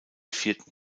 vierten